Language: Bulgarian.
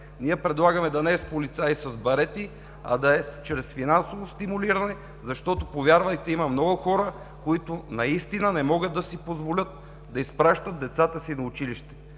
Ние предлагаме да не е с полицаи и с барети, а да е чрез финансово стимулиране, защото, повярвайте, има много хора, които наистина не могат да си позволят да изпращат децата си на училище.